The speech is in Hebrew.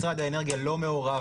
משרד האנרגיה לא מעורב.